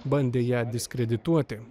bandė ją diskredituoti